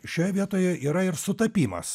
šioje vietoje yra ir sutapimas